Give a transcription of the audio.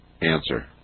answer